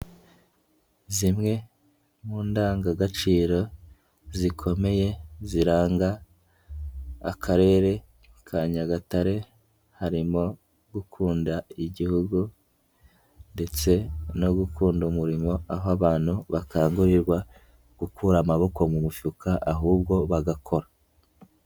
Zimwe mu ndangagaciro zikomeye ziranga Akarere Ka Nyagatare, harimo gukunda igihugu ndetse no gukunda umurimo, aho abantu bakangurirwa gukura amaboko mu mufuka ahubwo bagakora.